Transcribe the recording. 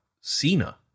Cena